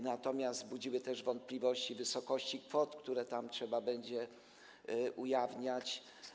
Natomiast budziły wątpliwości wysokości kwot, które trzeba będzie ujawniać.